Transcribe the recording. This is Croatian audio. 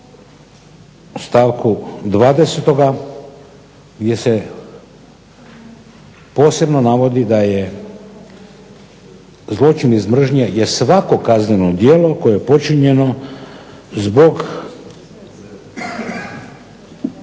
stavku 20. gdje se posebno navodi da je zločin iz mržnje je svako kazneno djelo koje je počinjeno zbog